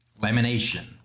Lamination